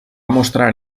mostrar